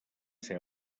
ser